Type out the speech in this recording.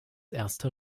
erster